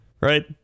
Right